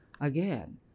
again